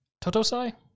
totosai